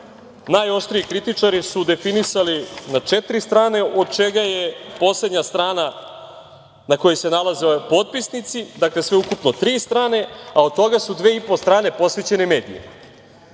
najoštriji kritičari su definisali na četiri strane, od čega je poslednja strana na kojoj se nalazi potpisnici, sve ukupno tri strane a od toga su dve i po strane posvećene medijima.